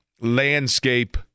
landscape